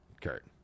Kurt